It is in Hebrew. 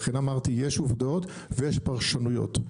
לכן אמרתי יש עובדות ויש פרשנויות,